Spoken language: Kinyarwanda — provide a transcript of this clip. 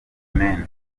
mane